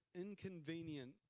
inconvenient